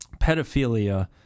pedophilia